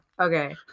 Okay